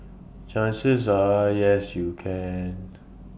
chances are yes you can